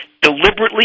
Deliberately